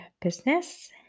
business